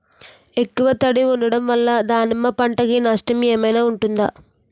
ఎక్కువ తడి ఉండడం వల్ల దానిమ్మ పంట కి నష్టం ఏమైనా ఉంటుందా?